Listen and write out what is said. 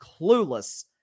clueless